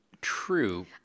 True